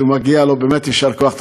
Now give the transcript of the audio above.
ומגיע לו באמת יישר כוח.